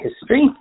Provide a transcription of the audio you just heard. history